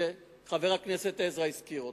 שחבר הכנסת עזרא הזכיר אותן.